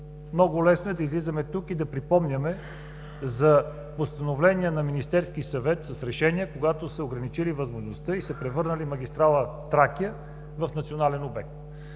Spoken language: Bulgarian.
Много лесно е да излизаме тук и да припомняме за постановление на Министерския съвет с решение, когато са ограничили възможността и са превърнали магистрала „Тракия“ в национален обект.